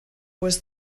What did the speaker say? was